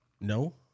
No